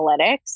analytics